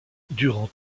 durant